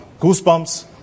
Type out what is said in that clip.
goosebumps